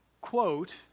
quote